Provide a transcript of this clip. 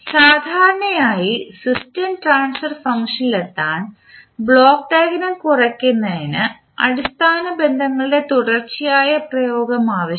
സാധാരണയായി system transfer ഫംഗ്ഷനിലെത്താൻ block diagram കുറയ്ക്കുന്നതിന് അടിസ്ഥാന ബന്ധങ്ങളുടെ തുടർച്ചയായ പ്രയോഗം ആവശ്യമാണ്